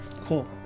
cool